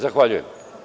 Zahvaljujem.